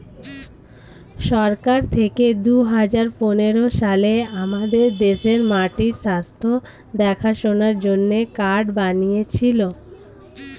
সরকার থেকে দুহাজার পনেরো সালে আমাদের দেশে মাটির স্বাস্থ্য দেখাশোনার জন্যে কার্ড বানিয়েছিলো